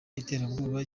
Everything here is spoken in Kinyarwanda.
iterabwoba